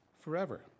forever